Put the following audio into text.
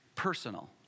personal